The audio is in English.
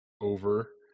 over